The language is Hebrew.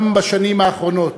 גם בשנים האחרונות,